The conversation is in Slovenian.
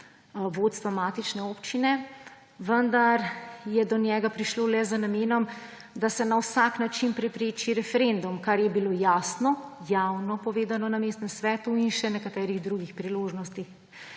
vodstva matične občine, vendar je do njega prišlo le z namenom, da se na vsak način prepreči referendum, kar je bilo jasno, javno povedano na mestnem svetu in še nekaterih drugih priložnostih.